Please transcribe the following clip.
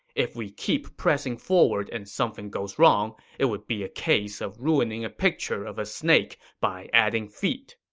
if we keep pressing forward and something goes wrong, it would be a case of ruining a picture of a snake by adding feet.